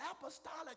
apostolic